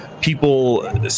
people